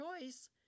choice